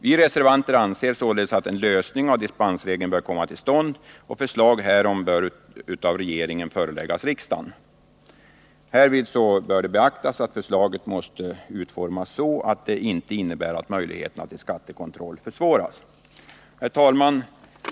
Vi reservanter anser således att en ändring av dispensregeln bör komma till stånd och att förslag härom bör av regeringen föreläggas riksdagen. Härvid bör beaktas att förslaget utformas så att det inte innebär att möjligheterna till skattekontroll försvåras. Fru talman!